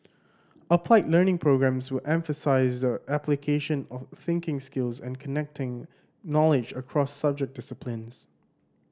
applied Learning programmes will emphasise the application of thinking skills and connecting knowledge across subject disciplines